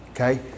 Okay